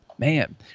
Man